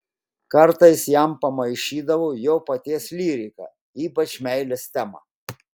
kartais jam pamaišydavo jo paties lyrika ypač meilės tema